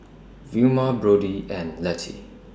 Vilma Brody and Letty